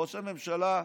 ראש הממשלה,